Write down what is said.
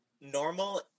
Normal